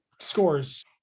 scores